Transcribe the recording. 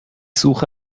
suche